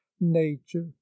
nature